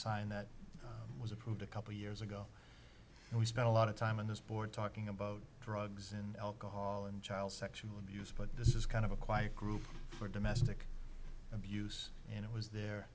sign that was approved a couple years ago we spent a lot of time on this board talking about drugs and alcohol and child sexual abuse but this is kind of a quiet group for domestic abuse and it was their